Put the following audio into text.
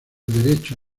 derecho